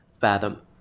fathom